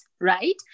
right